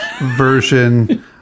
version